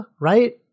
right